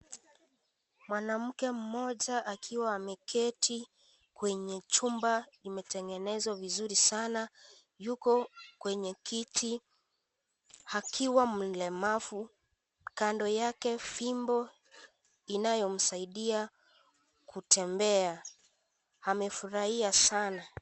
Mwanamke mmoja akiwa ameketi kwenye chumba kimetengenezwa vizuri sana yuko kwenye kiti akiwa mlemavu kando yake fimbo inayomsaidia kutembea amefurahia sana.